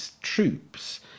troops